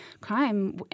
crime